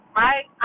right